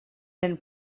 den